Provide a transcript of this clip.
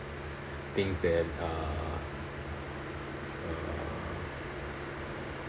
things that uh uh